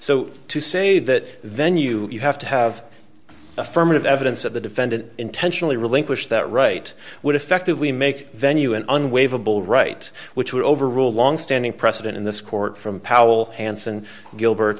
so to say that venue you have to have affirmative evidence that the defendant intentionally relinquished that right would effectively make venue and an waive a bull right which would overrule longstanding precedent in this court from powell hansen gilbert